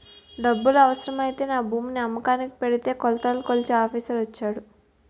డబ్బులు అవసరమై నా భూమిని అమ్మకానికి ఎడితే కొలతలు కొలిచే ఆఫీసర్ వచ్చాడు